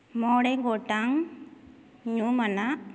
ᱢᱚᱬᱮ ᱜᱚᱴᱟᱝ ᱧᱩᱢ ᱟᱱᱟᱜ